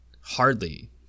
hardly